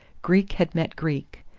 greek had met greek.